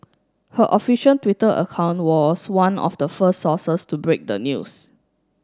her official Twitter account was one of the first sources to break the news